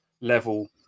level